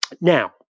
Now